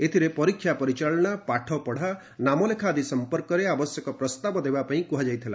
ଏଥିରେ ପରୀକ୍ଷା ପରିଚାଳନା ପାଠପଢ଼ା ନାମଲେଖା ଆଦି ସମ୍ପର୍କରେ ଆବଶ୍ୟକ ପ୍ରସ୍ତାବ ଦେବା ପାଇଁ କୁହାଯାଇଥିଲା